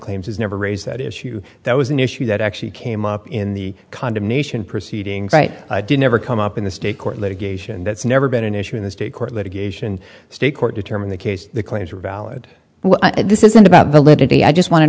claims has never raised that issue that was an issue that actually came up in the condemnation proceedings right did never come up in the state court litigation that's never been an issue in the state court litigation state court determined the case the claims are valid this isn't about validity i just want to